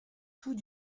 tout